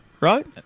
right